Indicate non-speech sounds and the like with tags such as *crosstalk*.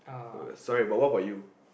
*noise* sorry but what about you